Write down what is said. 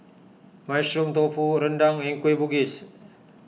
Mushroom Tofu Rendang and Kueh Bugis